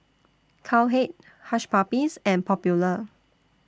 Cowhead Hush Puppies and Popular